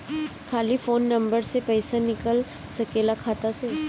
खाली phone number से पईसा निकल सकेला खाता से?